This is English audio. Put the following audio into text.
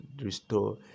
restore